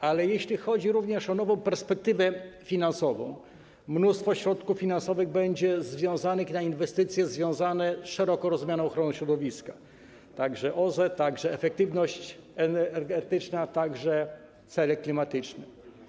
Ale jeśli chodzi również o nową perspektywę finansową, mnóstwo środków finansowych będzie przeznaczonych na inwestycje związane z szeroko rozumianą ochroną środowiska - to także OZE, także efektywność energetyczna, także cele klimatyczne.